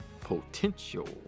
Potential